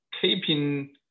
keeping